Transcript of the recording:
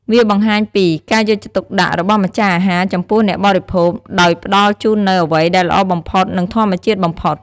វាបង្ហាញពី ការយកចិត្តទុកដាក់ របស់ម្ចាស់អាហារចំពោះអ្នកបរិភោគ ដោយផ្តល់ជូននូវអ្វីដែលល្អបំផុត និងធម្មជាតិបំផុត។